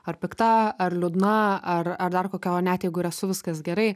ar pikta ar liūdna ar ar dar kokia o net viskas gerai